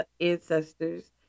ancestors